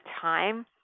time